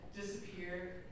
disappear